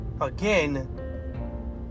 Again